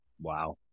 Wow